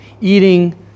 eating